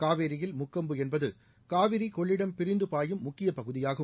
காவேரியில் முக்கொம்பு என்பது காவிரி கொள்ளிடம் பிரிந்து பாயும் முக்கிய பகுதியாகும்